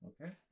Okay